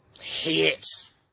Hits